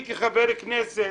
שתיים, אני כחבר כנסת